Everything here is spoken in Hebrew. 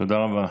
תודה רבה.